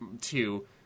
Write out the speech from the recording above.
two